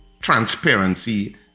transparency